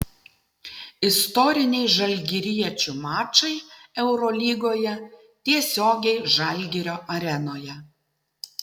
istoriniai žalgiriečių mačai eurolygoje tiesiogiai žalgirio arenoje